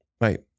Right